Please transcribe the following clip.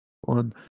one